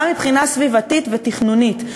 גם מבחינה סביבתית ותכנונית,